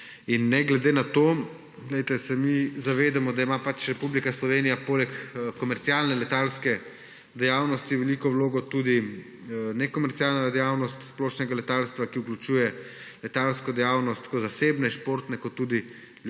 Ne glede na to, se mi zavedamo, da ima Republika Slovenija poleg komercialne letalske dejavnosti veliko vlogo tudi nekomercialna dejavnost splošnega letalstva, ki vključuje letalsko dejavnost zasebne, športne in tudi